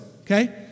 okay